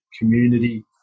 community